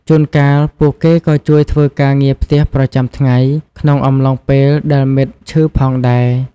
ជួនកាល ពួកគេក៏ជួយធ្វើការងារផ្ទះប្រចាំថ្ងៃ ក្នុងអំឡុងពេលដែលមិត្តឈឺផងដែរ។